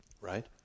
Right